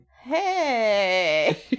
hey